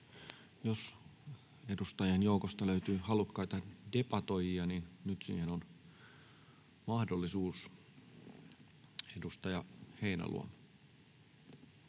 jos edustajien joukosta löytyy halukkaita debatoijia, niin nyt siihen on mahdollisuus. — Edustaja Heinäluoma.